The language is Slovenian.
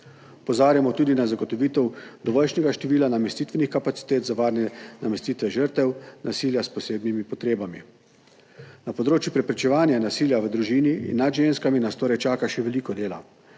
Opozarjamo tudi na zagotovitev dovoljšnega števila namestitvenih kapacitet za varne namestitve žrtev nasilja s posebnimi potrebami. Na področju preprečevanja nasilja v družini in nad ženskami nas torej čaka še veliko dela,